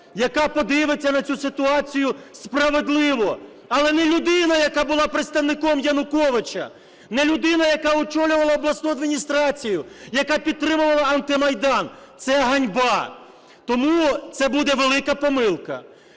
яка подивиться на цю ситуацію справедливо, але не людина, яка була представником Януковича, не людина, яка очолювала обласну адміністрацію, яка підтримувала антимайдан. Це ганьба! Тому це буде велика помилка.